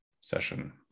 session